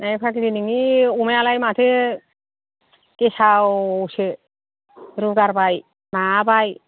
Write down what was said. ओइ फाग्लि नोंनि अमायालाय माथो गेसावसो रुगारबाय माबाबाय